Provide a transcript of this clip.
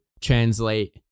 translate